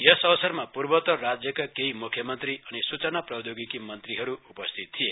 यस अवसरमा पूर्वोतर राज्यका केही मुख्यमन्त्री अनि सुचना प्रौधोगिकी मन्त्रीहरू उपस्थित थिए